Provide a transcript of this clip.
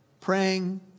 praying